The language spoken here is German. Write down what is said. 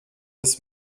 des